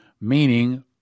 meaning